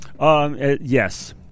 Yes